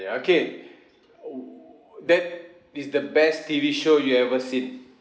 ya okay oh that is the best T_V show you ever seen